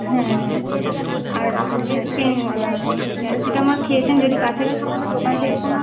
হ্যাঁ হ্যাঁ আর যেহেতু পেন বা হচ্ছে প্যারাসিটামল খেয়েছেন যদি কাছাকাছি কোনো দোকান থেকে কোনো